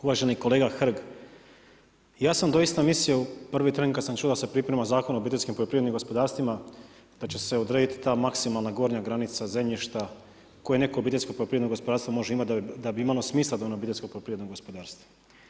Uvaženi kolega Hrg, ja sam doista mislio u prvi tren kada sam čuo da se priprema Zakon o obiteljskim poljoprivrednim gospodarstvima da će se odrediti ta maksimalna gornja granica zemljišta koje neko obiteljsko poljoprivredno gospodarstvo može imati da bi imalo smisla da je ono obiteljsko poljoprivredno gospodarstvo.